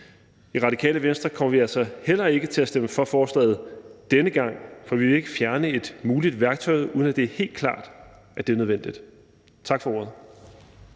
I Radikale Venstre kommer vi altså heller ikke til at stemme for forslaget denne gang, for vi vil ikke fjerne et muligt værktøj, uden at det er helt klart, at det er nødvendigt. Tak for ordet.